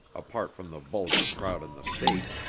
apart from the vulgar crowd and the state,